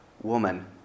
Woman